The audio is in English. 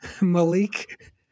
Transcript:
Malik